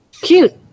Cute